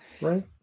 Right